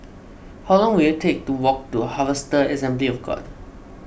how long will it take to walk to Harvester Assembly of God